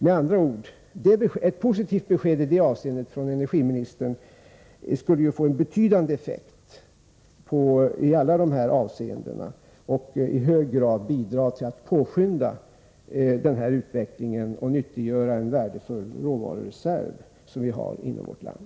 Med andra ord: Ett positivt besked i detta avseende från energiministern skulle få en betydande effekt och i hög grad bidra till att påskynda utvecklingen och nyttiggöra en värdefull råvarureserv som vi har inom vårt land.